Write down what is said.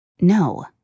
No